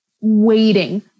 waiting